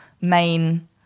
main